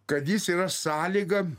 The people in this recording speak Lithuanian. kad jis yra sąlyga